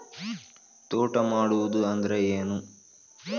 ತೋಟ ಮಾಡುದು ಅಂದ್ರ ಏನ್?